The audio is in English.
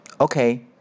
Okay